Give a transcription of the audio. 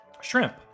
shrimp